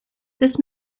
this